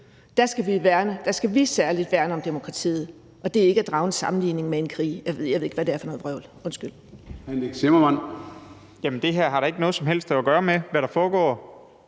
skal vi særlig værne om demokratiet, og det er ikke at drage en sammenligning med en krig. Jeg ved ikke, hvad det er for noget vrøvl – undskyld.